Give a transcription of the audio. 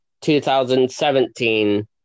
2017